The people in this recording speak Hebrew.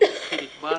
וחיליק בר.